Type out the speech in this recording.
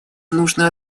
нужно